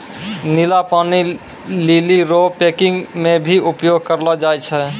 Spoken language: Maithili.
नीला पानी लीली रो पैकिंग मे भी उपयोग करलो जाय छै